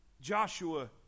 Joshua